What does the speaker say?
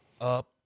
up